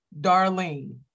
Darlene